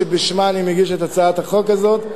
שבשמה אני מגיש את הצעת החוק הזאת,